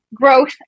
growth